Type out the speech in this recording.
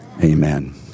Amen